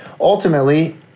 ultimately